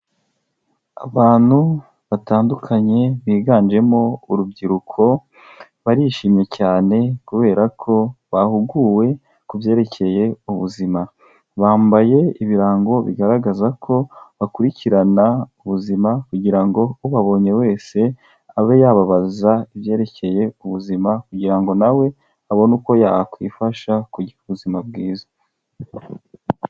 Abantu batandukanye, biganjemo urubyiruko, barishimye cyane kubera ko bahuguwe, ku byerekeye ubuzima. Bambaye ibirango bigaragaza ko bakurikirana ubuzima, kugira ngo ubabonye wese, abe yababaza ibyerekeye ubuzima, kugira ngo nawe abone uko yakwifasha, kugira ubuzima bwiza.